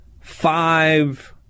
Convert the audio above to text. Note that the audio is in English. five